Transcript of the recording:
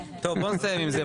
טוב, בואו נסיים עם זה.